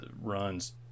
runs –